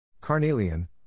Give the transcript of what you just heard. Carnelian